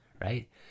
right